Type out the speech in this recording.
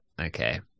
okay